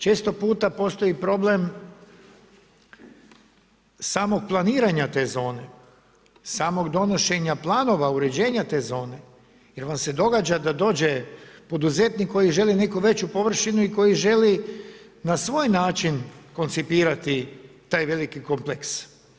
Često puta postoji problem, samog planiranja te zona, samog donošenja planova, uređenja te zone, jer vam se događa da dođe poduzetnik koji želi neku veću površinu i koji želi na svoj način, koncipirati taj veliki kompleks.